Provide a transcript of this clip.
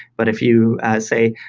but if you say,